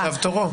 עכשיו תורו.